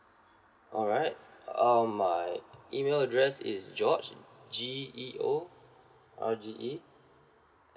alright uh my email address is george G E O R G E